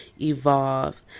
evolve